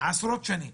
עשרות שנים.